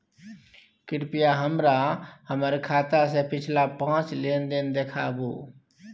कृपया हमरा हमर खाता से पिछला पांच लेन देन देखाबु